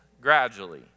gradually